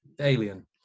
alien